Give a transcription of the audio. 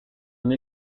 une